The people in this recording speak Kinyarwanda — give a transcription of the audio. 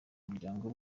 umuryango